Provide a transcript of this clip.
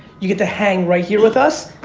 you get to hang right here with us,